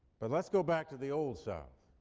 but let's go back to the old south,